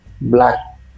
black